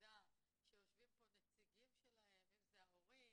שיושבים כאן נציגים, אם אלה ההורים,